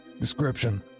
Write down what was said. Description